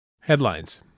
Headlines